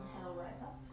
rise up.